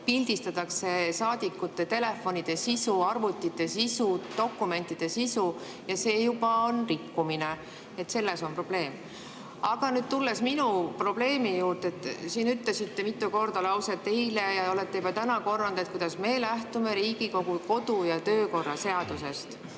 pildistatakse saadikute telefonide sisu, arvutite sisu, dokumentide sisu. Ja see juba on rikkumine. Selles on probleem. Aga nüüd tulen oma probleemi juurde. Te ütlesite mitu korda eile lause ja olete seda juba täna korranud, et me lähtume Riigikogu kodu- ja töökorra seadusest.